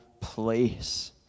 place